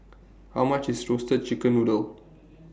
How much IS Roasted Chicken Noodle